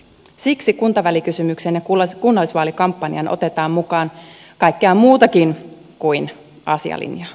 siksi kuntavälikysymykseen ja kunnallisvaalikampanjaan otetaan mukaan kaikkea muutakin kuin asialinja